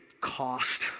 cost